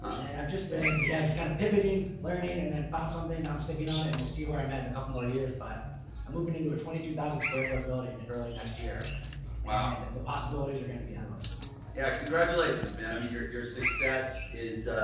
and i've just been, yeah, just kind of pivoting learning and then found something and i'm sticking on it. and we'll see where i'm at in a couple more years, but i'm moving into a twenty two thousand square foot building early next year and the possibilities are going to be endless. jeff lerner yeah. congratulations, man. i mean your your success is